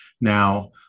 Now